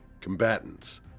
Combatants